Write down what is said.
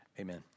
Amen